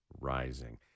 rising